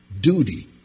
duty